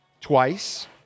twice